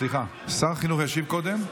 סליחה, שר החינוך ישיב קודם.